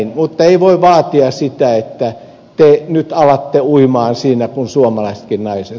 mutta ei voi vaatia sitä että te nyt alatte uimaan siinä kuin suomalaisetkin naiset